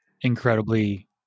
incredibly